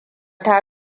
ta